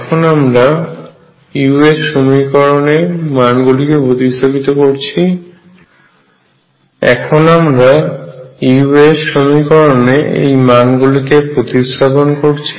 এখন আমরা u এর সমীকরণে এই মান গুলিকে প্রতিস্থাপন করছি